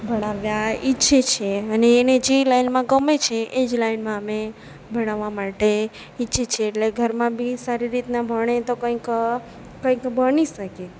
ભણાવવા ઈચ્છે છે એન એને જે લાઇનમાં ગમે છે એ જ લાઇનમાં અમે ભણાવવા માટે ઈચ્છે જે છે એટલે ઘરમાં બી સારી રીતના ભણે તો કંઈક કંઈક બની શકે